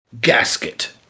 Gasket